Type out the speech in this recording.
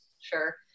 Sure